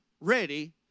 ready